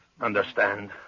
Understand